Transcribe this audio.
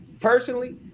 personally